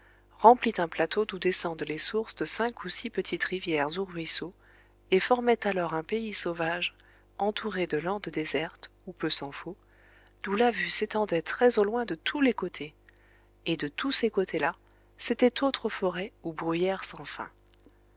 remplit un plateau d'où descendent les sources de cinq ou six petites rivières ou ruisseaux et formait alors un pays sauvage entouré de landes désertes ou peu s'en faut d'où la vue s'étendait très au loin de tous les côtés et de tous ces côtés là c'étaient autres forêts ou bruyères sans fin